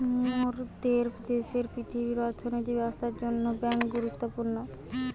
মোরদের দ্যাশের পৃথিবীর অর্থনৈতিক ব্যবস্থার জন্যে বেঙ্ক গুরুত্বপূর্ণ